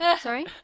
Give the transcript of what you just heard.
Sorry